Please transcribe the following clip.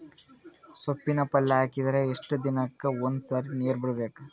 ಸೊಪ್ಪಿನ ಪಲ್ಯ ಹಾಕಿದರ ಎಷ್ಟು ದಿನಕ್ಕ ಒಂದ್ಸರಿ ನೀರು ಬಿಡಬೇಕು?